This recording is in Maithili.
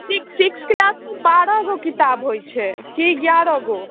फिर सिक्स क्लास मे बारहगो किताब होइ छै फिर एगारहगो